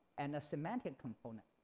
and a semantic component.